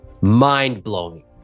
Mind-blowing